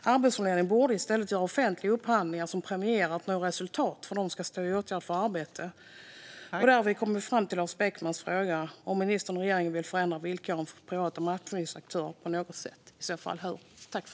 Arbetsförmedlingen borde i stället göra offentliga upphandlingar som premierar att nå resultat för dem som ska i åtgärder för arbete. Därmed kommer vi fram till Lars Beckmans fråga om ministern och regeringen vill förändra villkoren för privata matchningsaktörer på något sätt och i så fall hur.